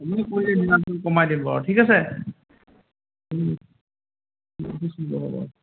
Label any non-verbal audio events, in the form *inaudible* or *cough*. *unintelligible* কমাই দিব আৰু ঠিক আছে *unintelligible*